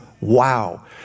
Wow